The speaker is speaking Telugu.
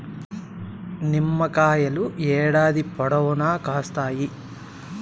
నిమ్మకాయలు ఏడాది పొడవునా కాస్తాయి